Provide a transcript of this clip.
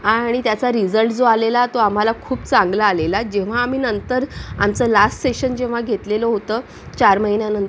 आणि त्याचा रिझल्ट जो आलेला तो आम्हाला खूप चांगला आलेला जेव्हा आम्ही नंतर आमचं लास्ट सेशन जेव्हा घेतलेलं होतं चार महिन्यांनंतर